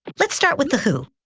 let's start with the who,